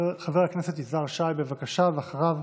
חבר הכנסת יזהר שי, בבקשה, ואחריו,